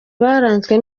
baranzwe